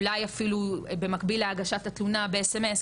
אולי אפילו במקביל להגשת התלונה ב- SMS,